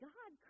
God